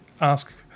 ask